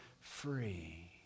free